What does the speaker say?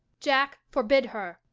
jack, forbid her.